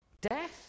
Death